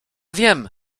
wiem